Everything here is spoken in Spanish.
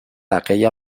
aquella